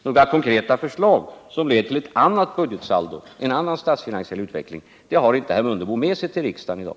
Några konkreta förslag som leder till ett annat budgetsaldo, en annan statsfinansiell utveckling, har inte herr Mundebo med sig till riksdagen i dag.